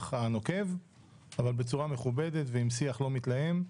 הנוקב אבל בצורה מכובדת ועם שיח לא מתלהם.